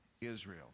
Israel